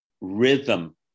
rhythm